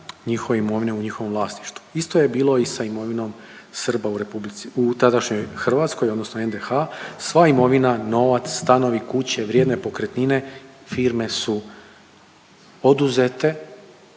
njihove imovine u njihovom vlasništvu. Isto je bilo i sa imovinom Srba u republici, u tadašnjoj Hrvatskoj odnosno NDH, sva imovina, novac, stanovi, kuće, vrijedne pokretnine, firme, su oduzete,